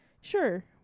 Sure